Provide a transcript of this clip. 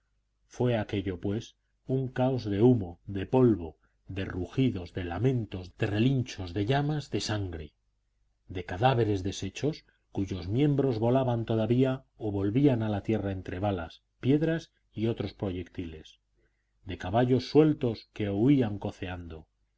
fue aquello pues un caos de humo de polvo de rugidos de lamentos de relinchos de llamas de sangre de cadáveres deshechos cuyos miembros volaban todavía o volvían a la tierra entre balas piedras y otros proyectiles de caballos sueltos que huían coceando